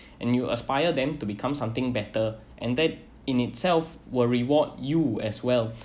and you aspire them to become something better and that in itself will reward you as well